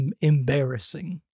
embarrassing